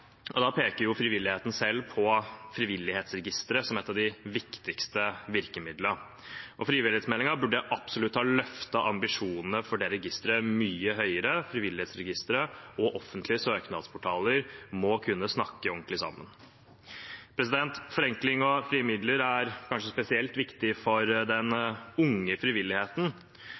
og da peker frivilligheten selv på Frivillighetsregisteret som et av de viktigste virkemidlene. Frivillighetsmeldingen burde absolutt ha løftet ambisjonene for det registeret mye høyere. Frivillighetsregisteret og offentlige søknadsportaler må kunne snakke ordentlig sammen. Forenkling og frie midler er kanskje spesielt viktig for den unge frivilligheten.